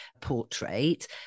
portrait